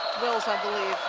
wills i believe.